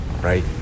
right